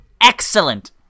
excellent